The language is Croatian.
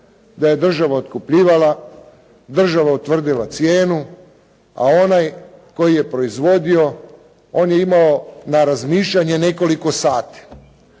da je država otkupljivala, država utvrdila cijenu, a onaj koji je proizvodio on je imao na razmišljanje nekoliko sati,